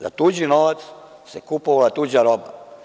Za tuđi novac se kupovala tuđa roba.